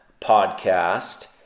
podcast